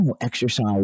exercise